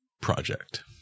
project